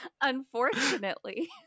unfortunately